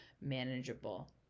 manageable